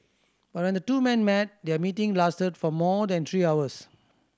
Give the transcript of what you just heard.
but when the two men met their meeting lasted for more than three hours